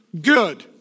good